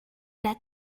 that